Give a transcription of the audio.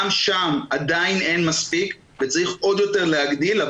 גם שם עדיין אין מספיק וצריך עוד יותר להגדיל.